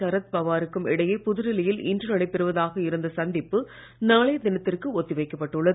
சரத் பவாருக்கும் இடையே புதுடில்லியில் இன்று நடைபெறுவதாக இருந்த சந்திப்பு நாளைய தினத்திற்கு ஒத்தி வைக்கப்பட்டு உள்ளது